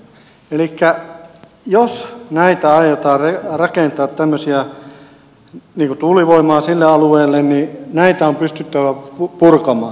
elikkä jos aiotaan rakentaa tuulivoimaa sille alueelle niin näitä on pystyttävä purkamaan